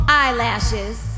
eyelashes